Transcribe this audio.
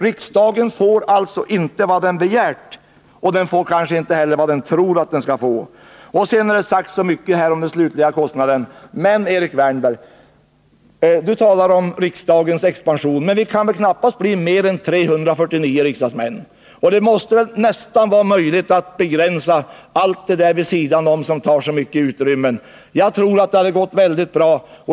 Riksdagen får alltså inte vad den begärt, och den får kanske inte heller vad den tror att den skall få. Vidare har det sagts så mycket här om den slutliga kostnaden. Erik Wärnberg talade om riksdagens expansion. Men vi kan väl ändå inte bli fler än 349 riksdagsmän. Det måste väl vara möjligt att begränsa alla dessa aktiviteter vid sidan om som tar så mycket utrymme. Jag tror att det hade gått väldigt bra.